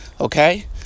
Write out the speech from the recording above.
Okay